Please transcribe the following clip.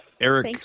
Eric